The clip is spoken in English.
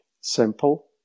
simple